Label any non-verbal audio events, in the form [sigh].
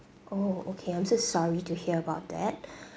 oh okay I'm so sorry to hear about that [breath]